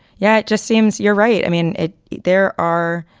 yeah. it just seems you're right. i mean, it there are.